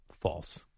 False